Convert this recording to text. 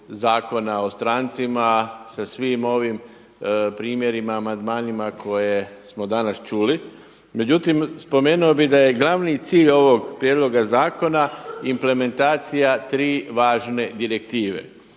Zakona o strancima sa svim ovim primjerima, amandmanima koje smo danas čuli. Međutim, spomenuo bih da je glavni cilj ovog prijedloga zakona implementacija tri važne direktive